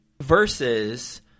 versus